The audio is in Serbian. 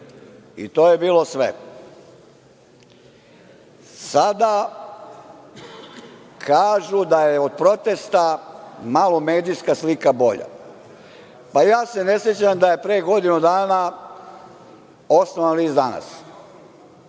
i to je bilo sve. Sada kažu da je od protesta malo medijska slika bolja. Pa, ja se ne sećam da je pre godinu dana osnovan list „Danas“.